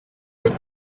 the